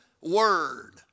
word